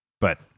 but-